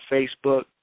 Facebook